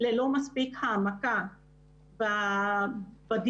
ללא מספיק העמקה בדיוק